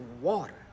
water